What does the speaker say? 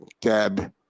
Deb